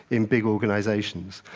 in big organizations.